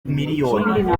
miliyoni